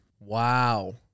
wow